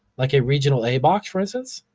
like a regional a box, for instance,